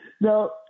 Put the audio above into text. No